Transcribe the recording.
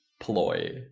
ploy